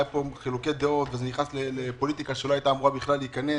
היו פה חילוקי דעות וזה נכנס לפוליטיקה שלא הייתה אמורה בכלל להיכנס